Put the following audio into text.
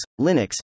Linux